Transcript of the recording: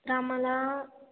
तर आम्हाला